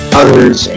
others